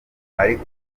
ariko